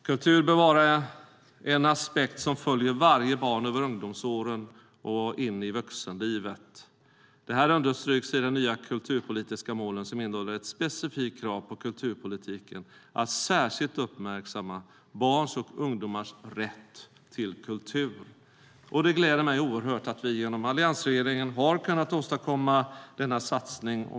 Kultur bör vara en aspekt som följer varje barn över ungdomsåren in i vuxenlivet. Detta understryks i de nya kulturpolitiska målen, som innehåller ett specifikt krav på kulturpolitiken att särskilt uppmärksamma barns och ungdomars rätt till kultur. Det gläder mig oerhört att vi genom alliansregeringen har kunnat åstadkomma denna satsning.